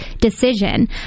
decision